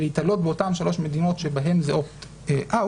ולהיתלות באותן שלוש מדינות שבהן זה opt-out,